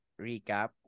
recap